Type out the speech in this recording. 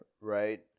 right